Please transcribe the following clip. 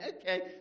okay